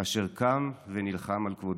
אשר קם ונלחם על כבודו.